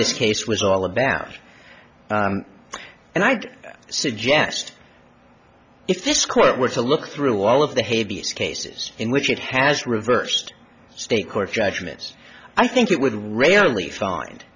this case was all about and i'd suggest if this court were to look through all of the hague cases in which it has reversed state court judgments i think it would rarely find